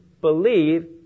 believe